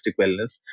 wellness